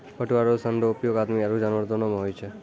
पटुआ रो सन रो उपयोग आदमी आरु जानवर दोनो मे हुवै छै